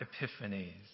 epiphanies